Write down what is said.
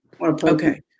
Okay